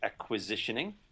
acquisitioning